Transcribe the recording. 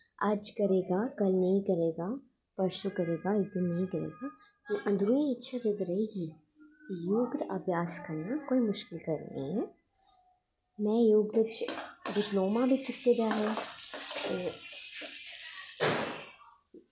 अज्ज करे गा कल्ल नेंई करो गा परसों करे गा इक दिन नेंई करेगा ते अन्दरों इच्छा जदूं रेह् गी योग ते अभ्यास करनां कोई मुश्कल कम्म नी ऐ में कीता दा ऐ ते